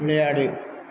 விளையாடு